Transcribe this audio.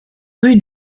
rue